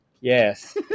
Yes